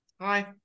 Hi